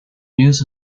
news